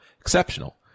exceptional